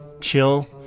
chill